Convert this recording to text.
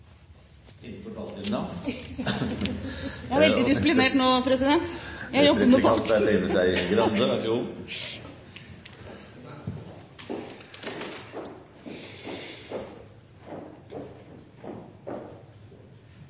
Innenfor taletiden, ja! Jeg var veldig disiplinert nå, president. Jeg jobber med